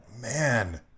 Man